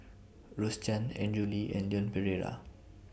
Rose Chan Andrew Lee and Leon Perera